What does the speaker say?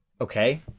Okay